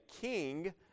king